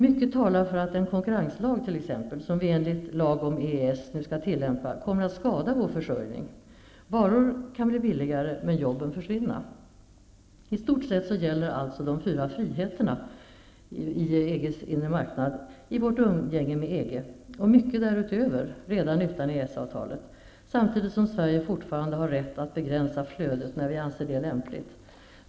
Mycket talar t.ex. för att den konkurrenslag som vi enligt lag om EES nu skall tillämpa kommer att inskränka vår frihet på ett skadligt sätt för vår försörjning. Varor kan bli billigare, men jobben försvinna. I stort sett gäller alltså de fyra friheterna i EG:s inre marknad i vårt umgänge med EG och mycket därutöver redan utan EES-avtalet, samtidigt som Sverige fortfarande har rätt att begränsa flödet när vi anser det lämpligt.